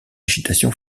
agitation